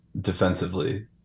defensively